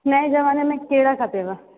नए ज़माने में कहिड़ा खपेव